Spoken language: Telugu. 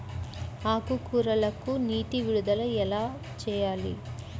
ఆకుకూరలకు నీటి విడుదల ఎలా చేయాలి?